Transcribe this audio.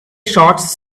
shots